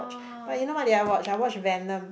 watch but you know what did I watch I watch Venom